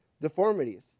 deformities